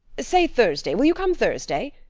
say thursday. will you come thursday?